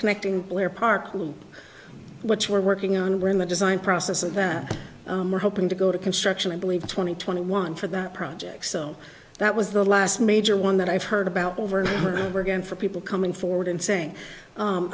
connecting where park limb which we're working on we're in the design process of that we're hoping to go to construction i believe twenty twenty one for that project so that was the last major one that i've heard about over and over again for people coming forward and saying